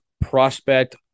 prospect